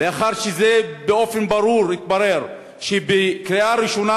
לאחר שהתברר באופן ברור שבקריאה ראשונה